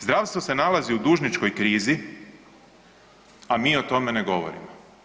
Zdravstvo se nalazi u dužničkoj krizi, a mi o tome ne govorimo.